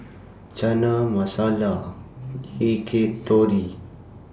Chana Masala Akitori